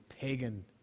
pagan